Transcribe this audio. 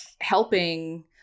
helping